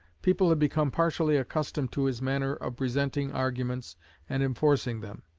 people had become partially accustomed to his manner of presenting arguments and enforcing them.